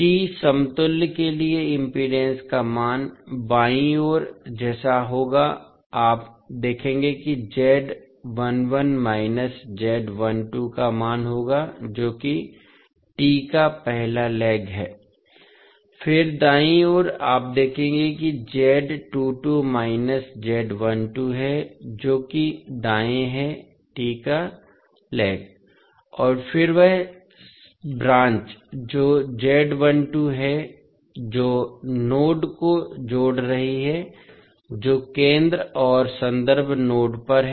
T समतुल्य के लिए इम्पीडेन्स का मान बाईं ओर जैसा होगा आप देखेंगे कि Z11 माइनस Z12 का मान होगा जो कि T का पहला पैर है फिर दाईं ओर आप देखेंगे कि Z22 माइनस Z12 है जो कि दायें है T का पैर और फिर वह शाखा जो Z12 है जो नोड को जोड़ रही है जो केंद्र और संदर्भ नोड पर है